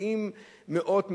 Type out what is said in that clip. משקיעים מאות,